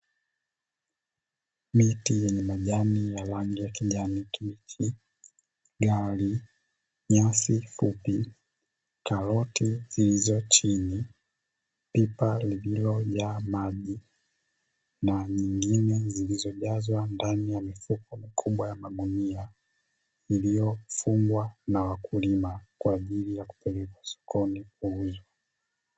Miti yenye majani yenye rangi ya kijani kibichi, gari nyasi fupi, karoti zilizo chini, pipa lililojaa maji na nyingine zilizojazwa ndani ya mifuko mikubwa ya magunia, iliyofungwa na wakulima kwa ajili ya kupelekwa sokoni kuuzwa.